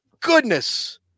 goodness